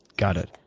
got it.